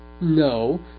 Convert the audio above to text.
no